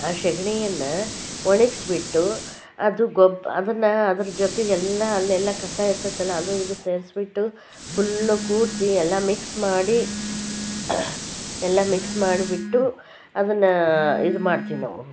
ಆ ಸಗಣಿಯನ್ನ ಒಣಗಿಸ್ಬಿಟ್ಟು ಅದು ಗೊಬ್ರ ಅದನ್ನು ಅದರ ಜೊತೆಗೆಲ್ಲಾ ಅಲ್ಲೆಲ್ಲ ಕಸ ಇರ್ತದಲ್ಲ ಅದು ಇದು ಸೇರಿಸ್ಬಿಟ್ಟು ಫುಲ್ಲು ಕೂಡಿಸಿ ಎಲ್ಲ ಮಿಕ್ಸ್ ಮಾಡಿ ಎಲ್ಲ ಮಿಕ್ಸ್ ಮಾಡಿಬಿಟ್ಟು ಅದನ್ನು ಇದ್ಮಾಡ್ತೀವಿ ನಾವು